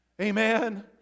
Amen